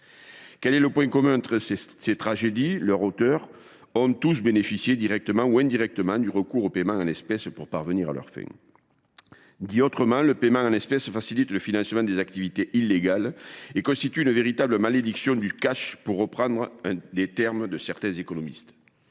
Quel est le point commun entre ces tragédies ? Leurs auteurs ont tous bénéficié directement ou indirectement du recours au paiement en espèces pour parvenir à leurs fins. Autrement dit, le paiement en espèces facilite le financement des activités illégales et constitue une véritable « malédiction du cash », pour reprendre les termes de certains économistes.